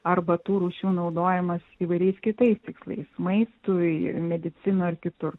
arba tų rūšių naudojimas įvairiais kitais tikslais maistui medicinoj ir kitur